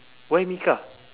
why mika